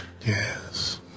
Yes